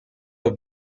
los